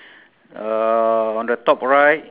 mine is still nine K K